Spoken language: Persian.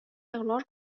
اقرار